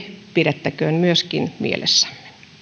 pidettäköön myöskin mielessämme på